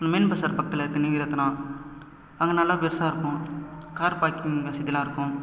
main bazaar பக்கத்தில் இருக்க நிவிரத்னா அங்கே நல்லா பெருசாருக்கும் கார் பார்க்கிங் வசதிலாம் இருக்கும்